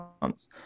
months